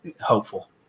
hopeful